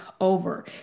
over